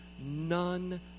none